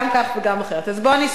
אז בוא אני אספר לך את הסיפור.